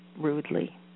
rudely